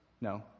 No